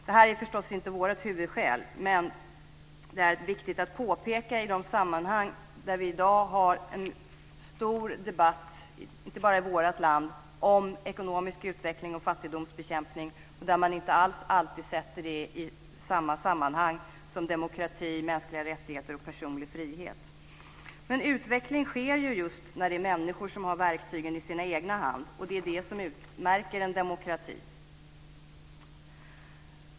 Det är förstås inte vårt huvudskäl, men det är viktigt att påpeka i de sammanhang där vi i dag har en stor debatt - inte bara i vårt land - om ekonomisk utveckling och fattigdomsbekämpning och där man inte alltid sätter dem i samma sammanhang som demokrati, mänskliga rättigheter och personlig frihet. Utveckling sker just när människor har verktygen i sina egna händer. Det är vad som utmärker en demokrati.